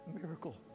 miracle